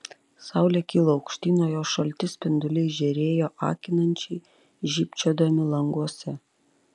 saulė kilo aukštyn o jos šalti spinduliai žėrėjo akinančiai žybčiodami languose